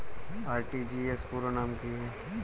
RTGS পুরো নাম কি?